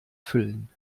füllen